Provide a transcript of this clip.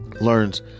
learns